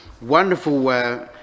Wonderful